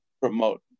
promote